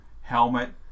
helmet